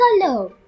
color